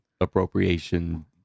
appropriation